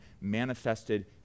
manifested